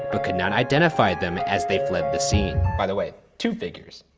but could not identify them as they fled the scene. by the way, two figures.